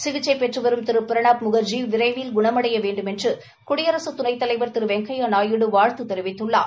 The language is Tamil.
சிகிச்சை பெற்று வரும் திரு பிரணாப் முக்ஜி விரைவில் குணமடைய வேண்டுமென்று குடியரக துணைத்தலைவர் திரு வெங்கையா நாயுடு வாழ்த்து தெரிவித்துள்ளார்